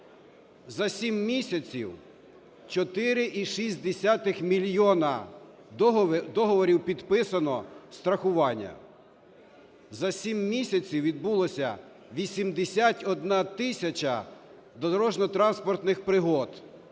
За 7 місяців 4,6 мільйона договорів підписано страхування. За 7 місяців відбулося 81 тисяча дорожньо-транспортних пригод